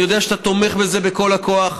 אני יודע שאתה תומך בזה בכל הכוח,